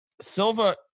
Silva